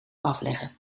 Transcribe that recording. afleggen